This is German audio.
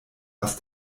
was